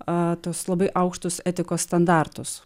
a tuos labai aukštus etikos standartus